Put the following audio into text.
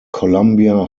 columbia